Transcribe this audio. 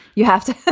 you have to.